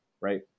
right